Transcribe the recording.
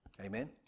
Amen